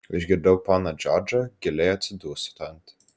išgirdau poną džordžą giliai atsidūstant